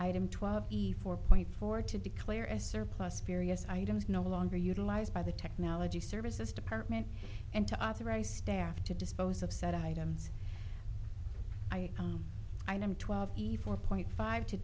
item twelve eve four point four to declare a surplus periods items no longer utilized by the technology services department and to authorize staff to dispose of said items i am twelve four point five to